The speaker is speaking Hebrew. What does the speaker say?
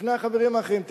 בפני החברים האחרים.